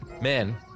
Man